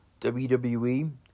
WWE